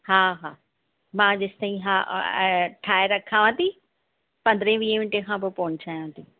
हा हा मां जेसि ताईं हा ठाहे रखांव थी पंद्रहें वीह मिंटे खां पोइ पहुचायांव थी